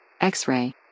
X-Ray